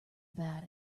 about